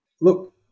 Look